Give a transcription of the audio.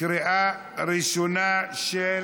לקריאה ראשונה, של